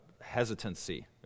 hesitancy